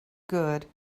good